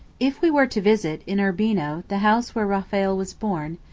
if we were to visit, in urbino, the house where raphael was born,